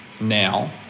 now